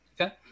Okay